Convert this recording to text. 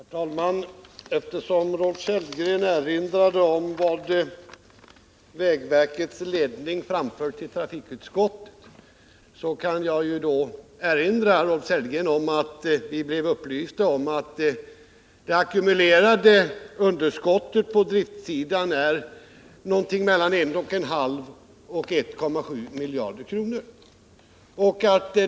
Herr talman! Eftersom Rolf Sellgren erinrade om vad vägverkets ledning framförde i trafikutskottet kan jag påminna Rolf Sellgren om att vi blev upplysta om att det ackumulerade underskottet på driftsidan är 1,5—1,7 miljarder kronor.